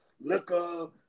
liquor